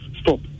stop